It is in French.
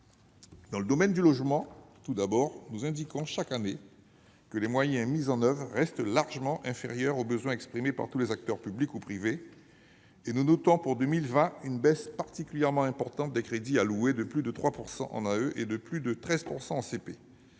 Dans le domaine du logement, nous indiquons chaque année que les moyens mis en oeuvre restent largement inférieurs aux besoins exprimés par tous les acteurs, publics ou privés. Nous notons pour 2020 une baisse particulièrement importante des crédits alloués, de plus de 3 % en AE et de plus de 13 % en CP.